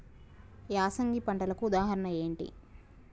యాసంగి పంటలకు ఉదాహరణ ఏంటి?